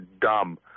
dumb